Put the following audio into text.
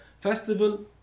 festival